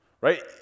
right